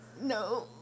No